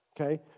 okay